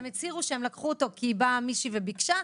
הם הצהירו שהם לקחו אותו כי מישהי ביקשה,